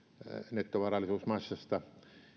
nettovarallisuusmassasta